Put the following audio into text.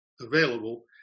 available